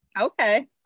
okay